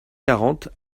quarante